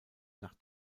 nach